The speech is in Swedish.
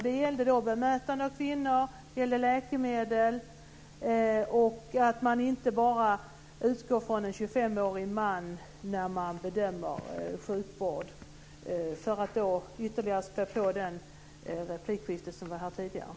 Den gällde bemötande av kvinnor, läkemedel och att man inte bara utgår från en 25-årig man när man bedömer sjukvård. Detta säger jag för att ytterligare spä på det tidigare replikskiftet.